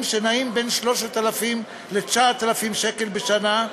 שנעים בין 3,000 ל-9,000 שקל בשנה.